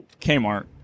Kmart